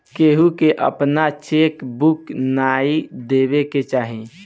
केहू के आपन चेक बुक नाइ देवे के चाही